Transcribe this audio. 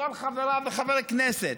לכל חברת וחבר כנסת,